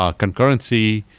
ah concurrency,